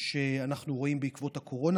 שאנחנו רואים בעקבות הקורונה,